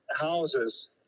houses